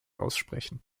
aussprechen